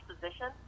position